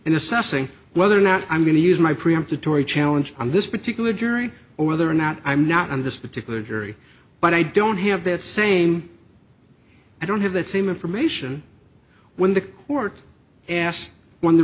in assessing whether or not i'm going to use my preempt atory challenge on this particular jury or there are not i'm not on this particular jury but i don't have that same i don't have that same information when the court asked one